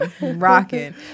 Rocking